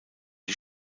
die